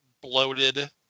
bloated